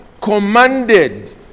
commanded